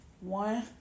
One